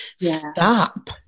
Stop